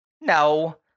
No